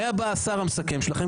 היה בא השר המסכם שלכם,